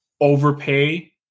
overpay